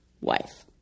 wife